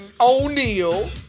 O'Neal